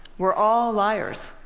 we're all liars.